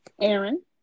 Aaron